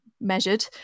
measured